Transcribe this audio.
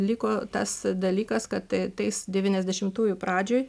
liko tas dalykas kad tai tais devyniasdešimtųjų pradžioj